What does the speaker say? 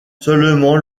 seulement